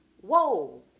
Whoa